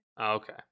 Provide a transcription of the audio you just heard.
Okay